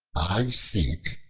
i seek,